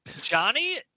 Johnny